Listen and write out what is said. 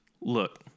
Look